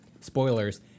Spoilers